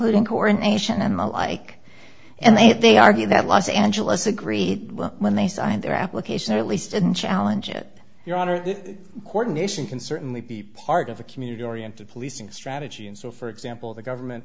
including coordination and the like and they had they argued that los angeles agreed when they signed their application or at least didn't challenge it your honor coordination can certainly be part of a community oriented policing strategy and so for example the government